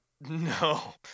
no